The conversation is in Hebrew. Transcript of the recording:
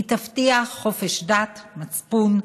תבטיח חופש דת, מצפון,